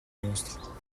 monstre